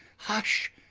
hush!